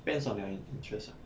depends on their interest ah